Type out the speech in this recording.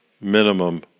minimum